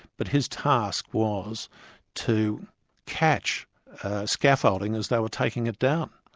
but his task was to catch scaffolding as they were taking it down,